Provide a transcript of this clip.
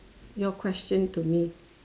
your question to me